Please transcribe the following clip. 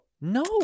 No